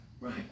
Right